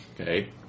Okay